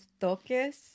toques